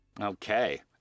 Okay